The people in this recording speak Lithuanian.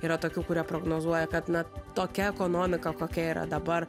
yra tokių kurie prognozuoja kad na tokia ekonomika kokia yra dabar